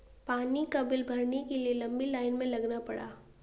पानी का बिल भरने के लिए लंबी लाईन में लगना पड़ा